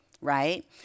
right